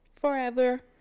forever